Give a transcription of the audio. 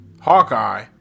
Hawkeye